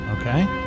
Okay